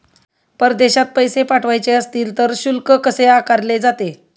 परदेशात पैसे पाठवायचे असतील तर शुल्क कसे आकारले जाते?